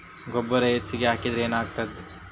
ಗೊಬ್ಬರ ಹೆಚ್ಚಿಗೆ ಹಾಕಿದರೆ ಏನಾಗ್ತದ?